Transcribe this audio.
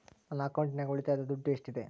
ನನ್ನ ಅಕೌಂಟಿನಾಗ ಉಳಿತಾಯದ ದುಡ್ಡು ಎಷ್ಟಿದೆ?